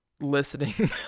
Listening